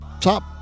top